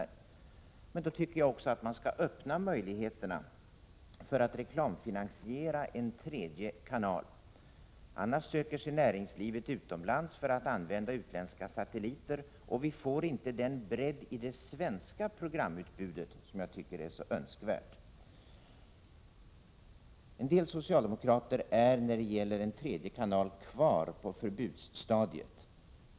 Då tycker jag också att man skall öppna möjligheterna för att reklamfinansiera en tredje kanal. Annars söker sig näringslivet utomlands för att använda utländska satelliter, och vi får inte den bredd i det svenska programutbudet som jag tycker är så önskvärd. En del socialdemokrater är när det gäller en tredje TV-kanal kvar på förbudsstadiet.